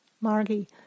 Margie